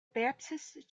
baptist